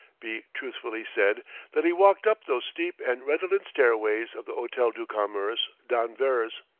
be truthfully said that he walked up those steep and redolent stairways of the hotel du commerce d'anvers.